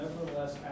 nevertheless